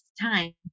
time